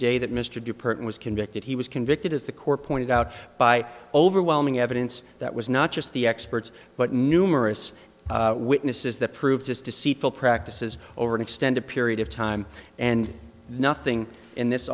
purton was convicted he was convicted as the core pointed out by overwhelming evidence that was not just the experts but numerous witnesses that proved just deceitful practices over an extended period of time and nothing in this